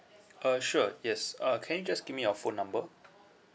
uh sure yes uh can you just give me your phone number